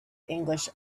english